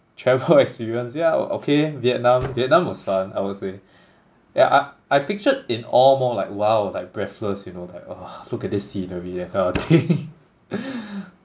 travel experience yeah okay Vietnam Vietnam was fun I would say yeah I I pictured in awe more like !wow! like breathless you know like uh look at this scenery that kind of thing